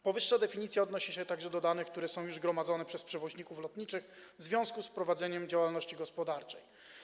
Powyższa definicja odnosi się także do danych, które są już gromadzone przez przewoźników lotniczych w związku z prowadzeniem działalności gospodarczej.